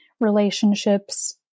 relationships